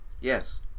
Yes